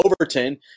Overton